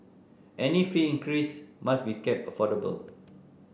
any fee increase must be kept affordable